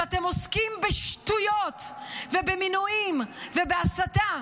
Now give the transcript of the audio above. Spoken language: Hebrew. כשאתם עוסקים בשטויות ובמינויים ובהסתה,